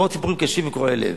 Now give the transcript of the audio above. ועוד סיפורים קשים וקורעי לב.